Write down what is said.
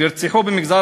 הגואה במגזר